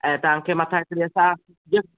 ऐं तव्हांखे मथां पेसा गिफ़्ट